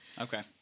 okay